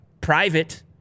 private